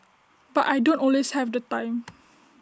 but I don't always have the time